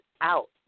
out